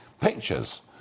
pictures